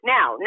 Now